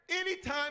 anytime